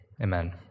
amen